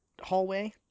hallway